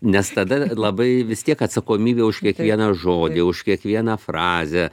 nes tada labai vis tiek atsakomybė už kiekvieną žodį už kiekvieną frazę